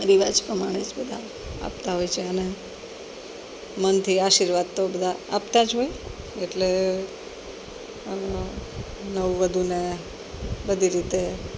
રિવાજ પ્રમાણે જ બધા આપતા હોય છે અને મનથી આશીર્વાદ તો બધા આપતાં જ હોય એટલે નવવધુને બધી રીતે